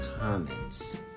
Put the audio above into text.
comments